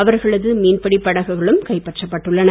அவர்களது மீன்பிடி படகுகளும் கைப்பற்றப்பட்டுள்ளன